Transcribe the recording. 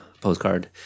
postcard